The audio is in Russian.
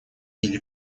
или